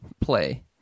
play